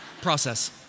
process